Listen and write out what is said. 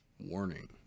Warning